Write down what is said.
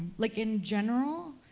like in general,